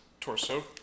Torso